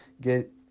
get